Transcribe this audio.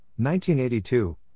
1982